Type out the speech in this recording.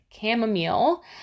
chamomile